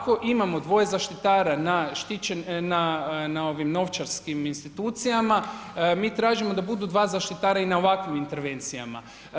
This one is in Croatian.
Ako imamo dvoje zaštitara na ovim novčarskim institucijama, mi tražimo da budu dva zaštitara i na ovakvim intervencijama.